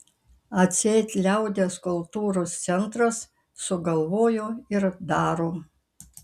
atseit liaudies kultūros centras sugalvojo ir daro